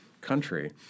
country